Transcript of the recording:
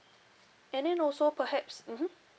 and then also perhaps mmhmm